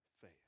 faith